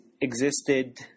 existed